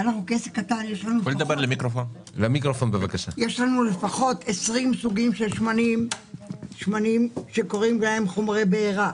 כעסק קטן יש לנו לפחות 20 סוגים של שמנים שקוראים להם חומרי בעירה.